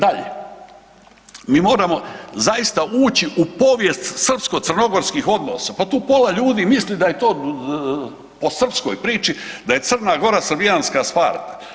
Mi, dalje, mi moramo zaista ući u povijest srpsko-crnogorskih odnosa, pa tu pola ljudi misli da je to po srpskoj priči, da je Crna Gora srbijanska Sparta.